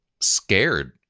scared